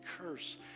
curse